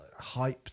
hyped